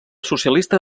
socialista